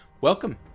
Welcome